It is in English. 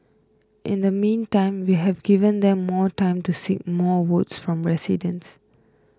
in the meantime we have given them more time to seek more votes from residents